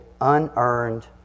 unearned